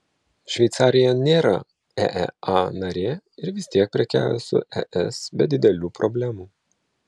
šveicarija nėra eea narė ir vis tiek prekiauja su es be didelių problemų